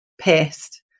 pissed